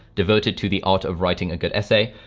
devoted to the art of writing a good essay.